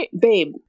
babe